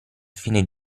fine